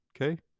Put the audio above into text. Okay